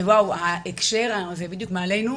אין,